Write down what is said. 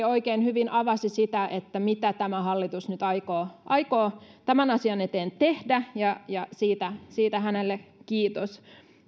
oikein hyvin avasi sitä mitä tämä hallitus nyt aikoo aikoo tämän asian eteen tehdä ja ja siitä siitä hänelle kiitos